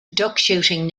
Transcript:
duckshooting